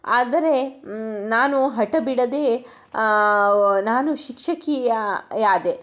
ಆದರೆ ನಾನು ಹಠ ಬಿಡದೇ ನಾನು ಶಿಕ್ಷಕಿಯಾದೆ